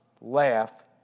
laugh